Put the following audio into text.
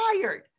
tired